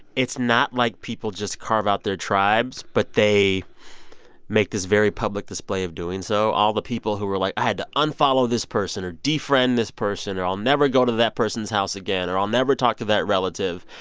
it's not like people just carve out their tribes, but they make this very public display of doing so. all the people who are like, i had unfollow this person or de-friend this person, or i'll never go to that person's house again, or i'll never talk to that relative.